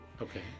okay